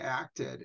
acted